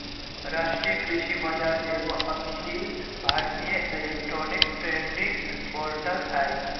राष्ट्रीय कृषि बाजार एगो अखिल भारतीय इलेक्ट्रॉनिक ट्रेडिंग पोर्टल हइ